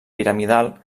piramidal